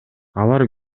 алар